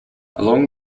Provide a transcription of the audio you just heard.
along